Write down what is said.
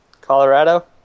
Colorado